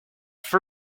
for